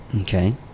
Okay